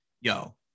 yo